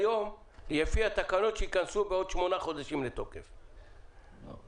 היום ה-17 בנובמבר 2020, א'